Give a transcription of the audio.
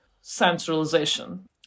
centralization